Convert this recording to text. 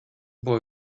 boy